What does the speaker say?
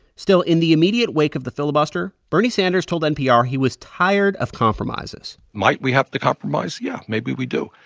still, in the immediate wake of the filibuster, bernie sanders told npr he was tired of compromises might we have to compromise? yeah, maybe we do.